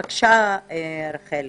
בבקשה, רחלי.